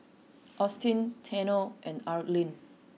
Austyn Tanner and Arlin